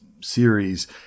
series